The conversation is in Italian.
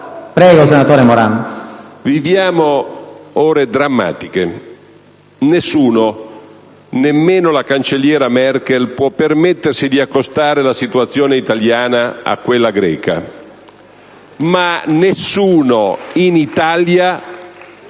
Presidente, viviamo ore drammatiche. Nessuno, nemmeno la cancelliera Merkel, può permettersi di accostare la situazione italiana a quella greca *(Applausi dal